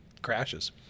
crashes